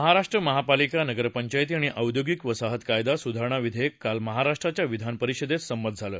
महाराष्ट्र महापालिका नगरपंचायती आणि औद्योगिक वसाहत कायदा सुधारणा विधेयक काल महाराष्ट्राच्या विधान परिषदेत संमत झालं